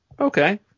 Okay